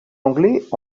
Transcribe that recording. anglais